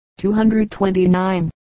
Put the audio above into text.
229